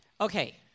Okay